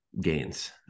gains